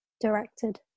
directed